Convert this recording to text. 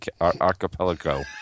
Archipelago